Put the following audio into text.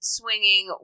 swinging